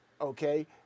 okay